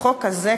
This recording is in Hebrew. לחוק הזה,